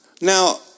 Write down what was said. Now